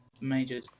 major